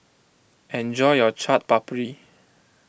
enjoy your Chaat Papri